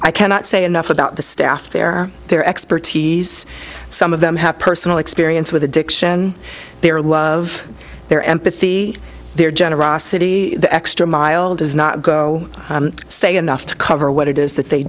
i cannot say enough about the staff there their expertise some of them have personal experience with addiction their love their empathy their generosity the extra mile does not go say enough to cover what it is that they